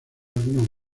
algunos